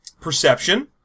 Perception